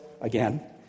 again